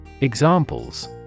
Examples